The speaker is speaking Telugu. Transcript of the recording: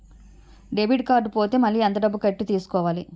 డెబిట్ కార్డ్ పోతే మళ్ళీ ఎంత డబ్బు కట్టి తీసుకోవాలి?